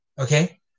Okay